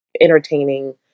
entertaining